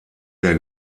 der